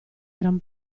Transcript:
gran